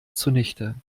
zunichte